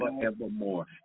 forevermore